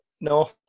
No